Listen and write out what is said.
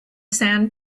sand